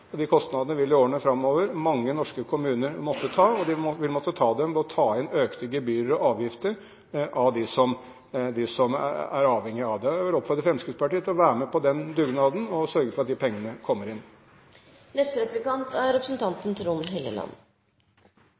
De kostnadene vil mange norske kommuner måtte ta i årene framover, og de vil måtte ta dem ved å ta inn økte gebyrer og avgifter av dem som er avhengig av det. Jeg vil oppfordre Fremskrittspartiet til å være med på den dugnaden og sørge for at de pengene kommer inn.